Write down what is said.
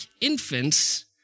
infants